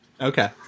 Okay